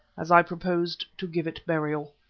as i proposed to give it burial.